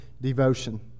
devotion